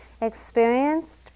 experienced